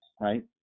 right